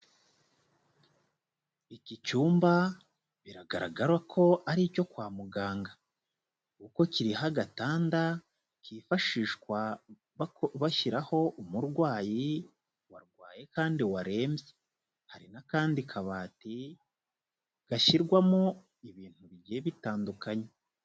Iki cyumba biragaragara ko ari icyo kwa muganga kuko kiriho agatanda kifashishwa bashyiraho umurwayi warwaye kandi warembye, hari n'akandi kabati gashyirwamo ibintu bigiye bitandukanye.